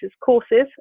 courses